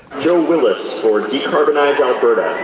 joe willis for decarbonize alberta.